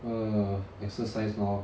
err exercise lor